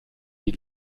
die